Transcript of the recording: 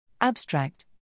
Abstract